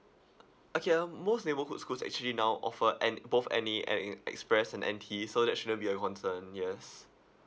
okay um most neighbourhood schools actually now offer N~ both N_A N_A express and N_T so that shouldn't be a concern yes